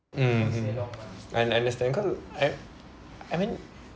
mm mm I understand cause I I mean